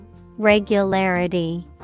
Regularity